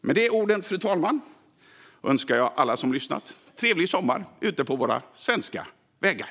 Med de orden, fru talman, önskar jag alla som lyssnat trevlig sommar ute på våra svenska vägar.